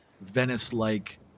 Venice-like